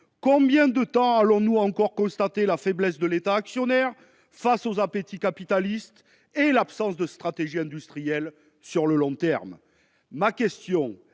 Combien de temps allons-nous encore constater la faiblesse de l'État actionnaire face aux appétits capitalistes et l'absence de stratégie industrielle sur le long terme ? Est-ce